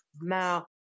Now